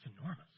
enormous